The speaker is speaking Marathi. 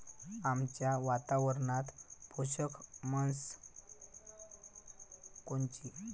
आमच्या वातावरनात पोषक म्हस कोनची?